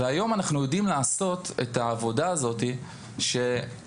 והיום אנחנו יודעים לעשות את העבודה הזאתי שביטוח